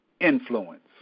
influence